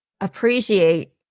appreciate